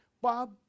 Bob